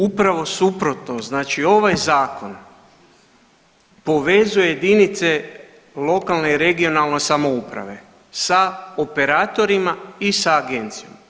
Upravo suprotno, znači ovaj Zakon povezuje jedinice lokalne i regionalne samouprave sa operatorima i sa Agencijom.